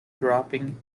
dropping